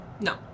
No